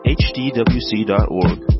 hdwc.org